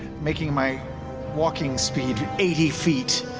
making my walking speed eighty feet.